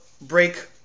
break